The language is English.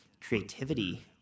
creativity